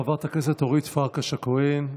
חברת הכנסת אורית פרקש הכהן,